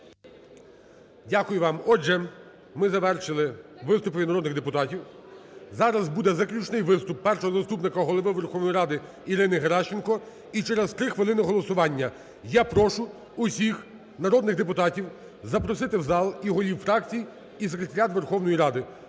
Дякую вам. Отже, ми завершили виступи від народних депутатів. Зараз буде заключний виступ Першого заступника Голови Верховної Ради Ірини Геращенко і через 3 хвилини голосування. Я прошу всіх народних депутатів запросити в зал і голів фракцій, і секретаріат Верховної Ради.